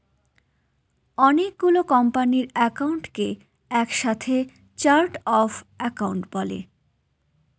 অনেকগুলো কোম্পানির একাউন্টকে এক সাথে চার্ট অফ একাউন্ট বলে